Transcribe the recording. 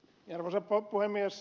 arvoisa puhemies